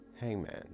hangman